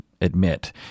admit